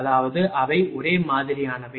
அதாவது அவை ஒரே மாதிரியானவை